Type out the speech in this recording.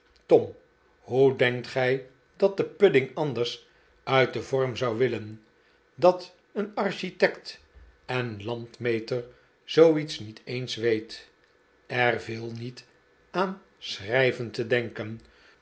tom hoe denkt gij dat de pudding anders uit den vorm zou willen dat een architect en landmeter zooiets niet eens weet er viel niet aan schrijven te denken